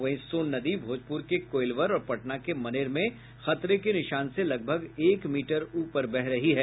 वहीं सोन नदी भोजपुर के कोइलवर और पटना के मनेर में खतरे के निशान से लगभग एक मीटर ऊपर बह रही है